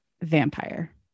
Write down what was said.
vampire